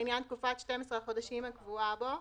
לעניין תקופת 12 החודשים הקבועה בו;"